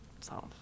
solve